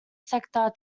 sector